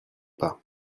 pas